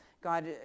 God